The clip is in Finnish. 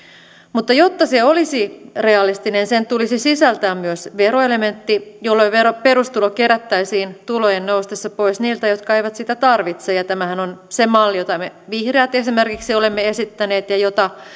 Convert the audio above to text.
mutta jotta se olisi realistinen sen tulisi sisältää myös veroelementti jolloin perustulo kerättäisiin tulojen noustessa pois niiltä jotka eivät sitä tarvitse ja tämähän on se malli jota me vihreät esimerkiksi olemme esittäneet ja